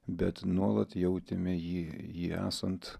bet nuolat jautėme jį jį esant